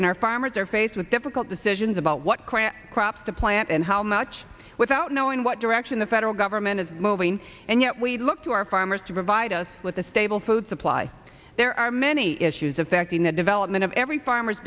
in our farmers are faced with difficult decisions about what crops to plant and how much without knowing what direction the federal government is moving and yet we look to our farmers to provide us with a stable food supply there are many issues affecting the development of every farmer